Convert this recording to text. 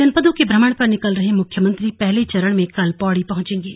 जनपदों के भ्रमण पर निकल रहे मुख्यमंत्री पहले चरण में कल पौड़ी पहुंचेंगे